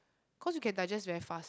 cause you can digest very fast